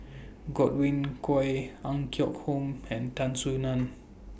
Godwin Koay Ang Yoke Home and Tan Soo NAN